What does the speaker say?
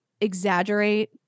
exaggerate